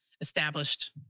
established